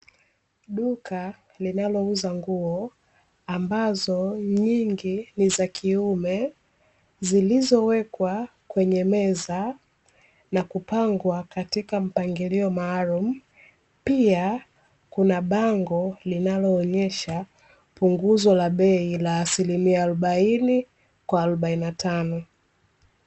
Duka linalouza nguo, ambazo nyingi ni za kiume, zilizowekwa katika meza na kupangwa katika mpangilio, maalumu na pia kuna bango linalo onesha punguzo la bei kwa asilimia arobaini kwa robaini na tano.